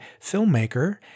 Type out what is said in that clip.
filmmaker